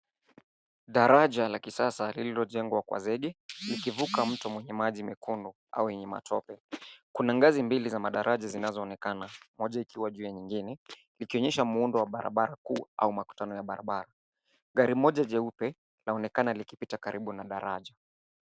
Daraja la kisasa lililojengwa kwa zaidi likivuka mtu mwenye maji mekundu au yenye matope ,kuna ngazi mbili za madaraja zinazoonekana moja ikiwa juu nyingine ikionyesha muundo wa barabara kuu au makutano ya barabara, gari moja jeupe inaonekana likipita karibu na daraja.